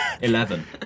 Eleven